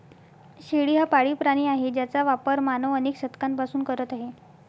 शेळी हा पाळीव प्राणी आहे ज्याचा वापर मानव अनेक शतकांपासून करत आहे